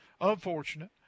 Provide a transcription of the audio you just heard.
unfortunate